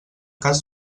cas